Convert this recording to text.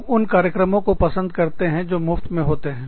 लोग उन कार्यक्रमों को पसंद करते हैं जो मुफ्त में होते हैं